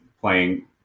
playing